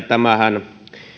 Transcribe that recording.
tämähän